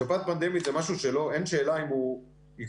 שפעת פנדמית זה משהו שאין שאלה אם הוא יקרה,